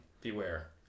Beware